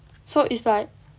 so is like